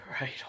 right